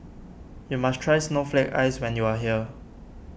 you must try Snowflake Ice when you are here